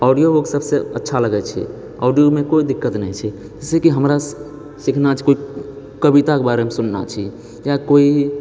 audio book सबसँ अच्छा लगैत छै ऑडियोमे कोइ दिक्कत नहि छै जैसे कि हमरा सीखना छै कोइ कविता कऽ बारेमे सुनना छै या कोइ